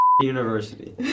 University